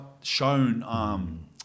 shown